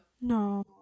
No